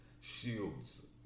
shields